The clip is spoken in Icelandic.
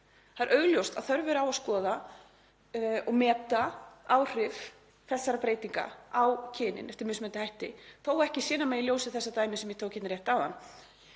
Það er augljóst að þörf er á að skoða og meta áhrif þessara breytinga á kynin eftir mismunandi hætti þó ekki sé nema í ljósi þess dæmis sem ég tók hér rétt áðan.